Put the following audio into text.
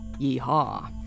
Yeehaw